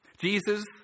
jesus